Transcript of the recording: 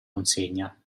consegna